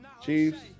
Chiefs